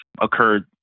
occurred